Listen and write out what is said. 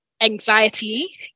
anxiety